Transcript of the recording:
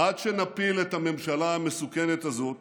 עד שנפיל את הממשלה המסוכנת הזאת